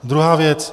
Druhá věc.